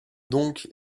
donc